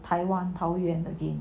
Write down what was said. taiwan taoyuan again